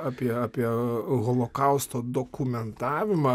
apie apie holokausto dokumentavimą